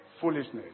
foolishness